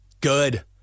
Good